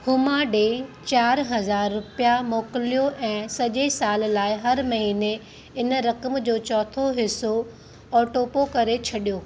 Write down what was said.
हुमा ॾिए चारि हज़ार रुपया मोकिलियो ऐं सॼे साल लाइ हर महीने इन रक़म जो चौथों हिसो ऑटोपो करे छॾियो